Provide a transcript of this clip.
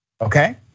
okay